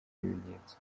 ibimenyetso